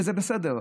וזה בסדר,